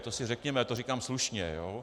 To si řekněme, a já to říkám slušně, jo?